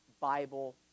Bible